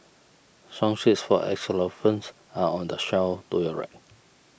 song sheets for xylophones are on the shelf to your right